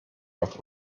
auf